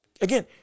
again